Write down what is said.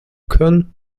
können